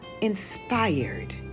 inspired